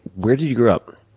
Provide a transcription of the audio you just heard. where did you grow up?